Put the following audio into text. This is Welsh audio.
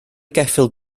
geffyl